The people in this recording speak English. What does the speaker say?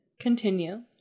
Continue